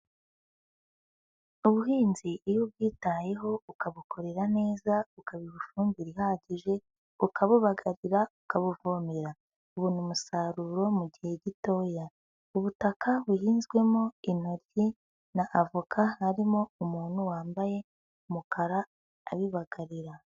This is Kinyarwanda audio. Ubuhinzi iyo ubwitayeho ukabukorera neza, ukabuha ifumbire ihagije, ukabubagarira, ukabuvomera, ubona umusaruro mu gihe gitoya, ubutaka buhinzwemo intoryi na avoka harimo umuntu wambaye umukara abibagarira.